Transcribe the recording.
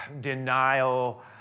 denial